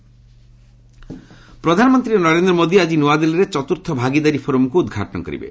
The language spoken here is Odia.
ପିଏମ୍ ଫୋରମ ପ୍ରଧାନମନ୍ତ୍ରୀ ନରେନ୍ଦ୍ର ମୋଦି ଆଜି ନୂଆଦିଲ୍ଲୀରେ ଚତୁର୍ଥ ଭାଗିଦାରୀ ଫୋରମକୁ ଉଦ୍ଘାଟନ କରିବେ